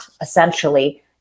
essentially